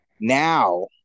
now